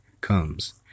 comes